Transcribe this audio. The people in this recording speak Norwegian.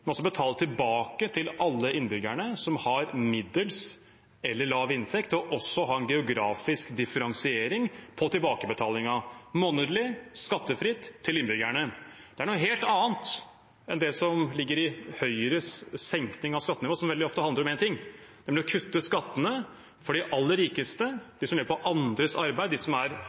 også betale tilbake til alle innbyggerne som har middels eller lav inntekt, og også ha en geografisk differensiering på tilbakebetalingen – månedlig, skattefritt til innbyggerne. Det er noe helt annet enn det som ligger i Høyres senkning av skattenivået, som veldig ofte handler om én ting, nemlig å kutte skattene for de aller rikeste, de som lever på andres arbeid, de som er